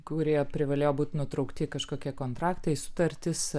kurie privalėjo būti nutraukti kažkokie kontraktai sutartys